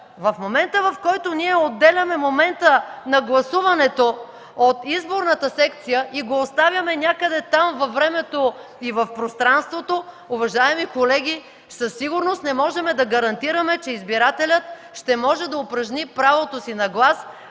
на вота! Когато ние отделяме момента на гласуването от изборната секция и го оставяме някъде там във времето и в пространството, уважаеми колеги, със сигурност не можем да гарантираме, че избирателят ще може да упражни правото си на глас